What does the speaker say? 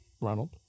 Ronald